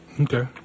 Okay